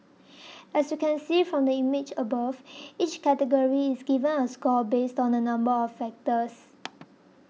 as you can see from the image above each category is given a score based on a number of factors